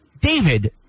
David